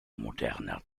moderner